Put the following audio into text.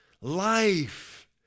life